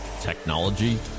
technology